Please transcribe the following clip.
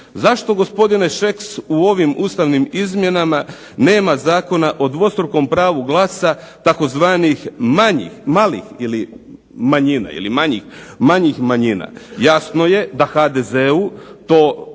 Zašto gospodine Šeks u ovim Ustavnim izmjenama nema zakona o dvostrukom pravu glasa, tzv. manjih, malih ili manjina ili manjih